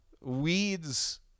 weeds